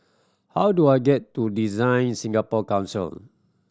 how do I get to DesignSingapore Council